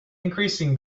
increasing